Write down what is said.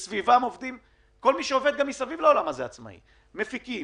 וגם כל מי שעובד מסביב לעולם הזה הוא עצמאי מפיקים,